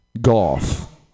Golf